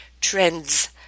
Trends